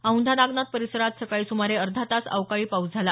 औैंढा नागनाथ परिसरात सकाळी सुमारे अर्धा तास अवकाळी पाऊस झाला